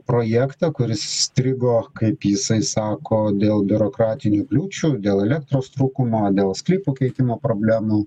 projektą kuris įstrigo kaip jisai sako dėl biurokratinių kliūčių dėl elektros trūkumo dėl sklypų keitimo problemų